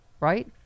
right